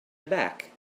aback